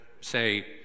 say